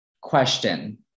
question